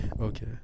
Okay